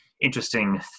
interesting